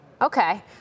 Okay